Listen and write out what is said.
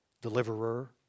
deliverer